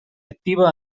activa